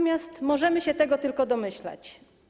Możemy się go tylko domyślać.